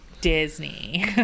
Disney